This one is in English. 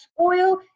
oil